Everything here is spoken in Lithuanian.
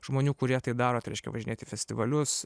žmonių kurie tai daro tai reiškia važinėti į festivalius